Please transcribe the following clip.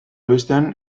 bestean